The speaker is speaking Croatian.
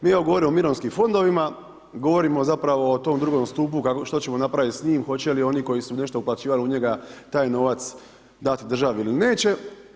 Mi govorimo o mirovinskim fondovima, govorimo zapravo o tom drugom stupu, što ćemo napraviti s njim, hoće li oni koji su nešto uplaćivali u njega taj novac dati državi ili neće.